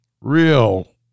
real